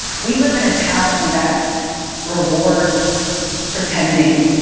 we live in a town that rewards pretending.